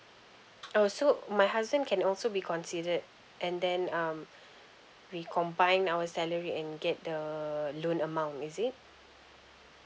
oh so my husband can also be considered and then um we combine our salary and get the loan amount is it